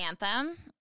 anthem